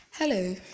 Hello